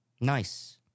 Nice